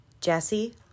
Jesse